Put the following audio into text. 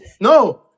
No